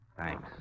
Thanks